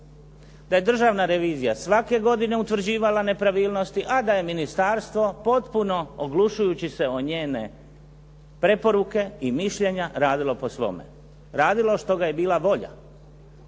da je Državna revizija svake godine utvrđivala nepravilnosti, a da je ministarstvo potpuno oglušujući se o njene preporuke i mišljenja radilo po svome, radilo što ga je bilo volja.